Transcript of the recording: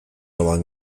along